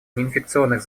неинфекционных